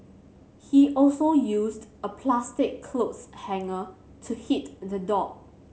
he also used a plastic clothes hanger to hit the dog